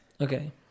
Okay